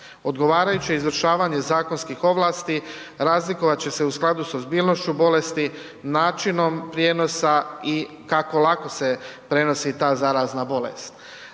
Odgovarajuće izvršavanje zakonskih ovlasti razlikovat će se u skladu sa ozbiljnošću bolesti, načinom prijenosa i kako lako se prenosi ta zarazna bolest.